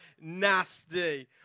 nasty